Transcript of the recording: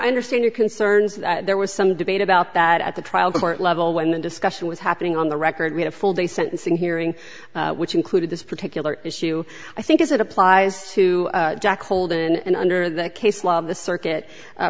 understand your concerns that there was some debate about that at the trial court level when the discussion was happening on the record we had a full day sentencing hearing which included this particular issue i think as it applies to jack holder and under the case law the circuit